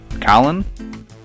Colin